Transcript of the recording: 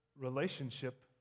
relationship